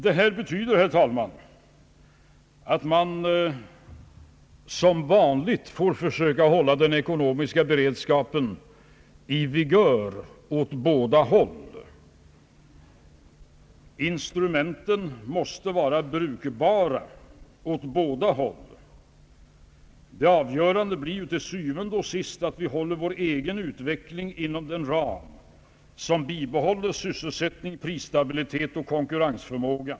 Detta betyder, herr talman, att vi som vanligt bör försöka hålla den ekonomiska beredskapen i vigör åt båda hållen. Instrumenten måste vara brukbara åt båda håll. Det avgörande blir ju til syvende og sidst att vår egen utveckling hålles inom en ram, som bibehåller sysselsättning, prisstabilitet och konkurrensförmåga.